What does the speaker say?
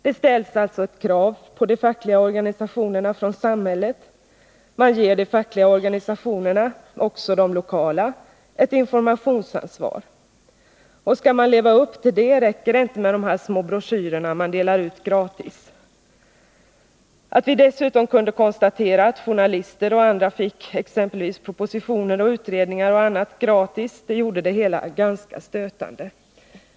Det ställs alltså ett krav på de fackliga organisationerna från samhället — man ger de fackliga organisationerna, också de lokala, ett informationsansvar. Och skall man leva upp till det räcker det inte med de små broschyrer som man delar ut gratis. Att vi dessutom kunde konstatera att journalister och andra fick exempelvis propositioner och utredningar m.m. gratis gjorde det hela ganska stötande.